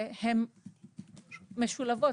הן נעשות והן משולבות.